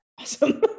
Awesome